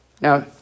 now